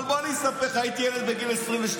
אבל בוא אני אספר לך, הייתי ילד, בגיל 22,